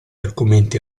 argomenti